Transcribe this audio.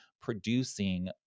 producing